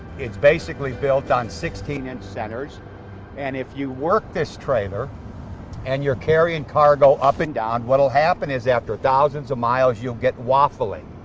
it's basically built on sixteen and centers and if you work this trailer and you're carrying cargo up and down, what will happen is after thousands of miles you'll get waffling,